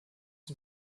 den